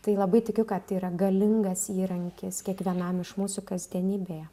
tai labai tikiu kad yra galingas įrankis kiekvienam iš mūsų kasdienybėje